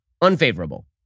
unfavorable